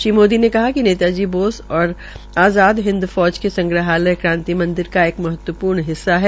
श्री मोदी ने कहा कि नेता जी बोस और आज़ाद हिन्द्र फौज के संग्रहालय क्रांति मंदिर का एक महत्वपूर्ण हिस्सा है